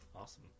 Awesome